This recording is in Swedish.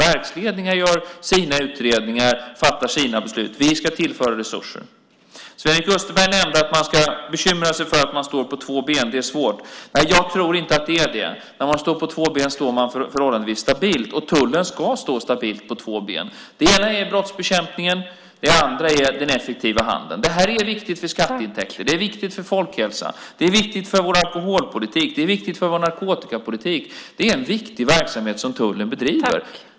Verksledningar gör sina utredningar och fattar sina beslut. Vi ska tillföra resurser. Sven-Erik Österberg nämnde att man ska bekymra sig för att man står på två ben och att det är svårt. Nej, jag tror inte att det är det. När man står på två ben står man förhållandevis stabilt, och tullen ska stå stabilt på två ben. Det ena är brottsbekämpningen, och det andra är den effektiva handeln. Det här är viktigt för skatteintäkter. Det är viktigt för folkhälsan. Det är viktigt för vår alkoholpolitik. Det är viktigt för vår narkotikapolitik. Det är en viktig verksamhet som tullen bedriver.